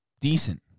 decent